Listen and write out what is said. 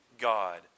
God